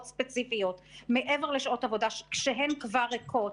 ספציפיות מעבר לשעות עבודה כשהן כבר ריקות,